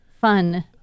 fun